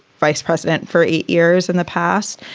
vice president for eight years in the past.